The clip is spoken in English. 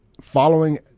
following